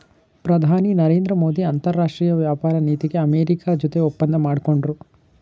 ಪ್ರಧಾನಿ ನರೇಂದ್ರ ಮೋದಿ ಅಂತರಾಷ್ಟ್ರೀಯ ವ್ಯಾಪಾರ ನೀತಿಗೆ ಅಮೆರಿಕ ಜೊತೆ ಒಪ್ಪಂದ ಮಾಡ್ಕೊಂಡ್ರು